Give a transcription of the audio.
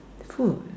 food